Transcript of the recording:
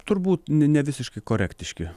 turbūt ne visiškai korektiški